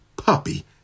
Puppy